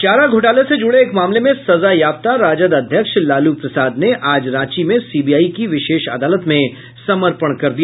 चारा घोटाला से जूड़े एक मामले में सजायाफ्ता राजद अध्यक्ष लालू प्रसाद ने आज रांची में सीबीआई की विशेष अदालत में समर्पण कर दिया